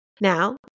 Now